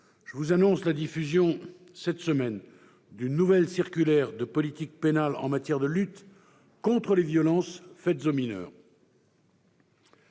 Je vous annonce la diffusion cette semaine d'une nouvelle circulaire de politique pénale en matière de lutte contre les violences faites aux mineurs.